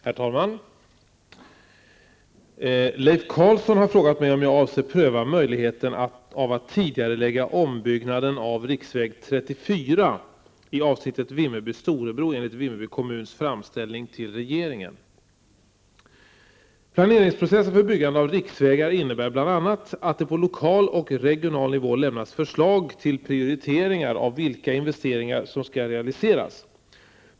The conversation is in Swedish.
Herr talman! Leif Carlson har frågat mig om jag avser pröva möjligheten av att tidigarelägga ombyggnaden av riksväg 34 i avsnittet Vimmerby-- Planeringsprocessen för byggande av riksvägar innebär bl.a. att det på lokal och regional nivå lämnas förslag till prioriteringar av vilka investeringar som skall realiseras.